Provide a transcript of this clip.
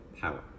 power